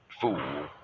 fool